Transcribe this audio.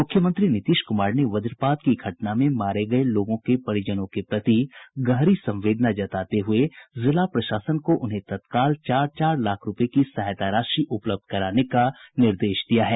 मुख्यमंत्री नीतीश कुमार ने वज्रपात की घटना में मारे गये लोगों के परिजनों के प्रति गहरी संवेदना जताते हुए जिला प्रशासन को उन्हें तत्काल चार चार लाख रूपये की सहायता राशि उपलब्ध कराने का निर्देश दिया है